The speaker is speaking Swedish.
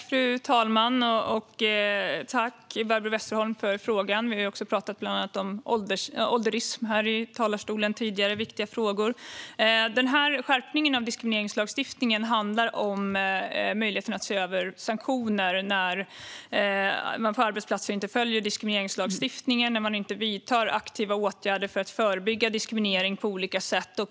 Fru talman! Tack, Barbro Westerholm, för frågan! Vi har talat om ålderism här i talarstolen tidigare. Det är viktiga frågor. Skärpningen av diskrimineringslagstiftningen handlar om möjligheten att se över sanktioner när arbetsplatser inte följer diskrimineringslagstiftningen, när man inte vidtar aktiva åtgärder för att förebygga diskriminering på olika sätt.